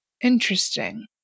Interesting